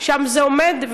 שם זה עומד,